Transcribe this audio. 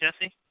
Jesse